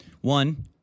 One